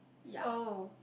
oh